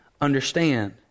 understand